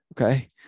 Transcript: okay